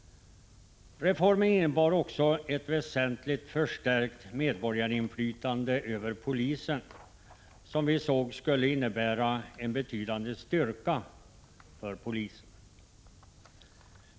Reformen innebar också ett väsentligt förstärkt medborgarinflytande över polisen, som vi ansåg skulle innebära en betydande styrka för polisen.